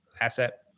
asset